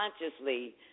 consciously